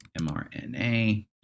MRNA